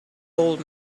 old